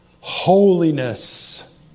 holiness